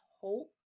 hope